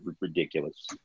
ridiculous